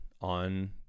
on